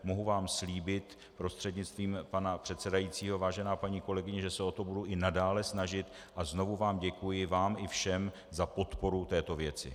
Mohu vám slíbit prostřednictvím pana předsedajícího, vážená paní kolegyně, že se o to budu i nadále snažit, a znovu vám děkuji vám i všem za podporu této věci.